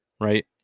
right